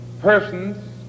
persons